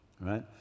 right